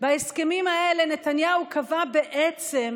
בהסכמים האלה נתניהו קבע בעצם,